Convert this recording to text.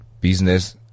business